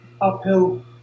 uphill